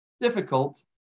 difficult